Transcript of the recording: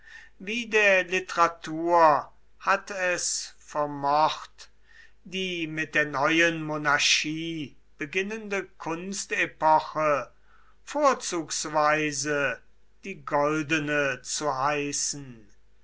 wie der literatur hat es vermocht die mit der neuen monarchie beginnende kunstepoche vorzugsweise die goldene zu heißen